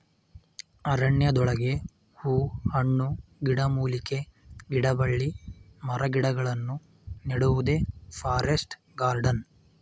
ಅರಣ್ಯದೊಳಗೆ ಹೂ ಹಣ್ಣು, ಗಿಡಮೂಲಿಕೆ, ಗಿಡಬಳ್ಳಿ ಮರಗಿಡಗಳನ್ನು ನೆಡುವುದೇ ಫಾರೆಸ್ಟ್ ಗಾರ್ಡನ್